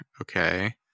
Okay